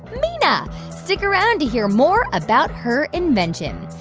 mina. stick around to hear more about her invention.